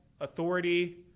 authority